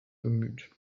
bemüht